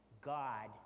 God